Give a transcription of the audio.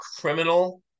criminal